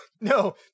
no